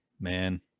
Man